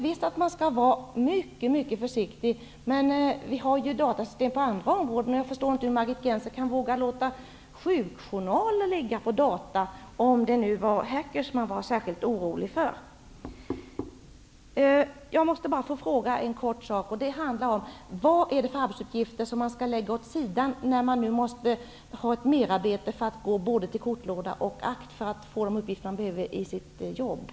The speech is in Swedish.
Visst skall man vara mycket försiktig. Men det finns ju datastöd på andra områden. Jag förstår inte hur Margit Gennser vågar låta sjukjournaler finnas i dataregister, om det nu är hackers man är särskilt oroad för. Jag måste få ställa en kort fråga. Vilka arbetsuppgifter skall man lägga åt sidan när man nu måste göra ett medarbete genom att gå både till kortlåda och till akt för att få fram de uppgifter man behöver för sitt arbete?